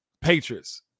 patriots